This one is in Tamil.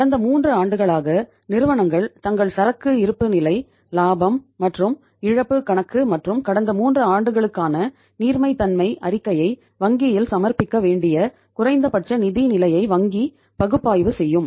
கடந்த 3 ஆண்டுகளாக நிறுவனங்கள் தங்கள் சரக்கு இருப்புநிலை லாபம் மற்றும் இழப்பு கணக்கு மற்றும் கடந்த 3 ஆண்டுகளுக்கான நீர்மைத்தன்மை அறிக்கையை வங்கியில் சமர்ப்பிக்க வேண்டிய குறைந்தபட்ச நிதி நிலையை வங்கி பகுப்பாய்வு செய்யும்